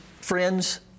friends